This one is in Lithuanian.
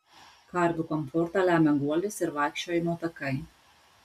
karvių komfortą lemia guolis ir vaikščiojimo takai